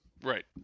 Right